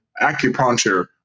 acupuncture